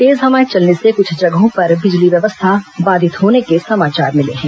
तेज हवाएं चलने से क्छ जगहों पर बिजली व्यवस्था बाधित होने के समाचार मिले हैं